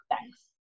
thanks